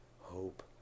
hope